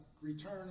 return